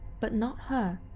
but not her.